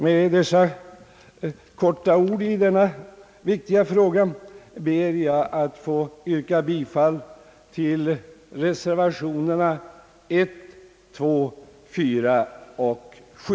Med detta relativt korta inlägg i denna viktiga fråga ber jag att få yrka bifall till reservationerna 1, 2, 4 och 7;